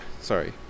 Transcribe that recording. sorry